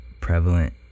prevalent